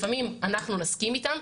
לפעמים אנחנו נסכים איתם,